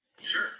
sure